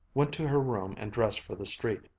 went to her room and dressed for the street.